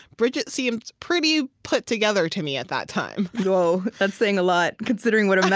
bridget seemed pretty put-together, to me, at that time whoa, that's saying a lot, considering what um